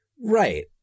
right